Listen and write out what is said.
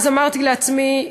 אז אמרתי לעצמי: